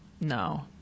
no